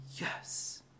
Yes